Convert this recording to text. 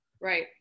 Right